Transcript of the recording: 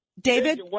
David